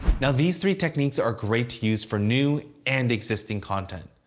now, these three techniques are great to use for new and existing content.